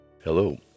Hello